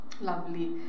Lovely